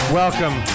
welcome